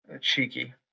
cheeky